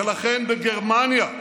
ולכן בגרמניה,